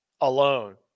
alone